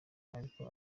ariko